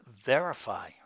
verify